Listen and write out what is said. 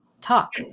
talk